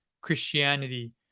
christianity